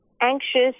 anxious